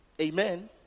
Amen